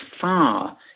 far